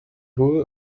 hull